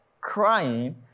crying